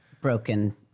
broken